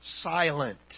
silent